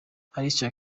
alicia